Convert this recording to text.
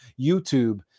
YouTube